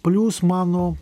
plius mano